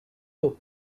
tôt